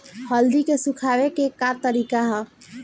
हल्दी के सुखावे के का तरीका ह?